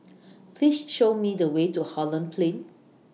Please Show Me The Way to Holland Plain